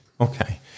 Okay